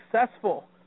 successful